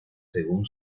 según